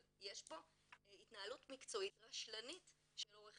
אבל יש פה התנהלות מקצועית רשלנית של עורך